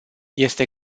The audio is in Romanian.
este